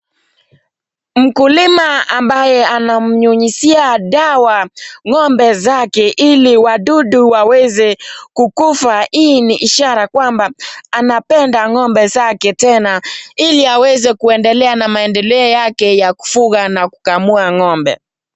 Mkulima ambaye anamnyunyiziza dawa ng'ombe zake ili wadudu waweze kukufa. Hii ni ishara kwamba anapenda ng'ombe zake tena ili aweze kuendelea na maendeleo yake ya kufuga na kukamua ng'ombe.